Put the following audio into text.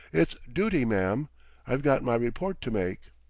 it's duty, ma'am i've got my report to make.